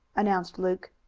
announced luke.